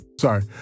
sorry